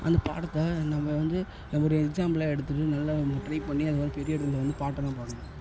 அந்த பாடத்தை நம்ம வந்து ஒரு எக்ஸாம்பிளாக எடுத்துக்கிட்டு நல்லா நம்ம ட்ரை பண்ணி அந்த மாதிரி பெரிய இடத்துல வந்து பாட்டுலாம் பாடுவேன்